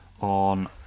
on